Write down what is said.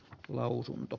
lausunto